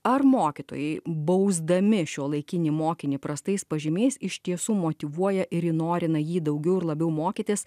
ar mokytojai bausdami šiuolaikinį mokinį prastais pažymiais iš tiesų motyvuoja ir įnorina jį daugiau ir labiau mokytis